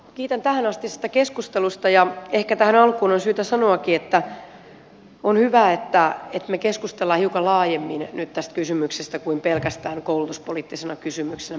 kiitän tähänastisesta keskustelusta ja ehkä tähän alkuun on syytä sanoakin että on hyvä että me keskustelemme hiukan laajemmin nyt tästä kysymyksestä kuin pelkästään koulutuspoliittisena kysymyksenä